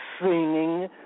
singing